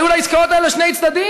היו לעסקאות האלה שני צדדים.